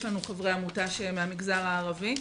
יש לנו חברי עמותה מהמגזר הערבי,